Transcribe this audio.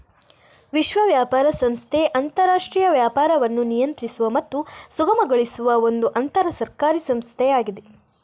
ವಿಶ್ವ ವ್ಯಾಪಾರ ಸಂಸ್ಥೆ ಅಂತರಾಷ್ಟ್ರೀಯ ವ್ಯಾಪಾರವನ್ನು ನಿಯಂತ್ರಿಸುವ ಮತ್ತು ಸುಗಮಗೊಳಿಸುವ ಒಂದು ಅಂತರ ಸರ್ಕಾರಿ ಸಂಸ್ಥೆಯಾಗಿದೆ